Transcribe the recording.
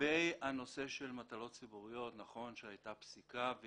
הנושא של מטלות ציבוריות, נכון שהייתה פסיקה.